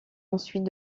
ensuite